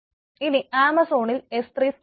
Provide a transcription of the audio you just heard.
ഇനി ആമസോണിൽ S3 storage